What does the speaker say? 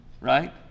right